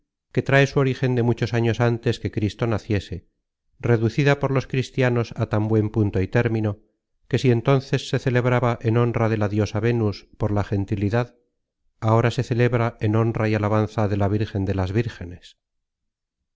que trae su origen de muchos años antes que cristo naciese reducida por los cristianos á tan buen punto y término que si entonces se celebraba en honra de la diosa vénus por la gentilidad ahora se celebra en honra y alabanza de la virgen de las vírgenes